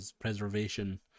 preservation